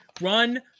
Run